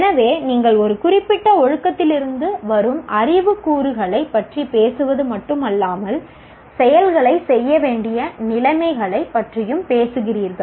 எனவே நீங்கள் ஒரு குறிப்பிட்ட ஒழுக்கத்திலிருந்து வரும் அறிவு கூறுகளைப் பற்றி பேசுவது மட்டுமல்லாமல் செயல்களைச் செய்ய வேண்டிய நிலைமைகளைப் பற்றியும் பேசுகிறீர்கள்